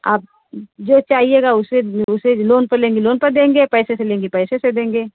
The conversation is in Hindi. आप जो चाहिएगा उसे उसे लोन पर लेंगे लोन पर देंगे पैसे से लेंगी पैसे से देंगे